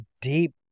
deep